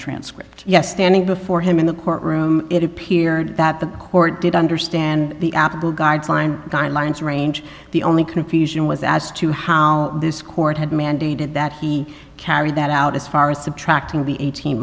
transcript yes standing before him in the courtroom it appeared that the court did understand the apple guideline guidelines range the only confusion was as to how this court had mandated that he carried that out as far as subtracting the eighteen